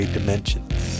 Dimensions